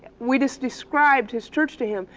we just described his church to him,